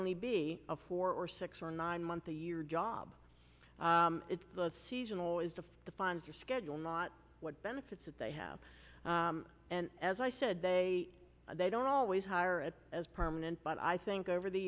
only be a four or six or nine month a year job it's the seasonal is the the funds are schedule not what benefits that they have and as i said they they don't always hire it as permanent but i think over the